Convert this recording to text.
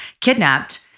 kidnapped